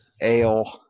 Ale